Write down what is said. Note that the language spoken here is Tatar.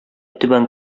түбән